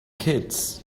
kids